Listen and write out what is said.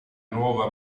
nuova